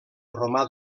romà